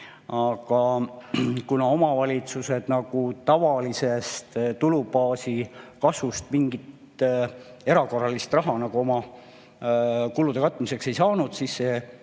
aga kuna omavalitsused tavalisest tulubaasi kasvust mingit erakorralist raha oma kulude katmiseks ei saanud, siis see